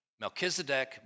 Melchizedek